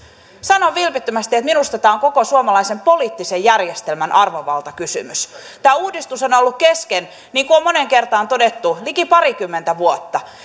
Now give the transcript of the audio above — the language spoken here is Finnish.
sanon vilpittömästi että minusta tämä on koko suomalaisen poliittisen järjestelmän arvovaltakysymys tämä uudistus on on ollut kesken niin kuin on moneen kertaan todettu liki parikymmentä vuotta